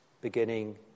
beginning